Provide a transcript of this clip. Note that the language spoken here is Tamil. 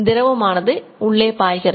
திரவமானது உள்ளே பாய்கிறது